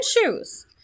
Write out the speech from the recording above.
shoes